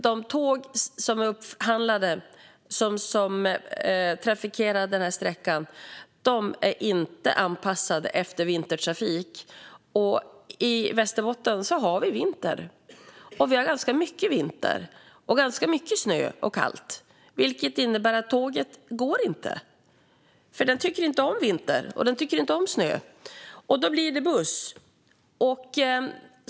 De tåg som är upphandlade och trafikerar den här sträckan är inte anpassade efter vintertrafik, och i Västerbotten har vi vinter. Vi har ganska mycket vinter och ganska mycket snö och kallt, vilket innebär att tåget inte går, för det tycker inte om vinter och snö. Då blir det buss i stället.